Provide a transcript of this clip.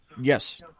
Yes